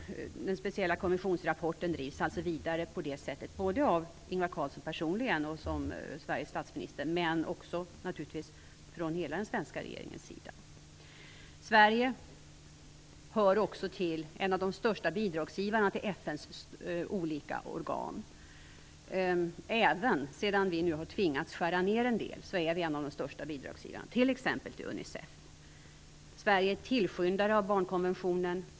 Den speciella kommissionsrapporten drivs alltså vidare på det sättet, av Ingvar Carlsson personligen och som Sveriges statsminister men naturligtvis också av hela den svenska regeringen. Sverige hör också till en av de största bidragsgivarna till FN:s olika organ. Också efter det att vi nu tvingats skära ned en del är vi en av de största bidragsgivarna till t.ex. Unicef. Sverige är tillskyndare av barnkonventionen.